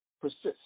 persist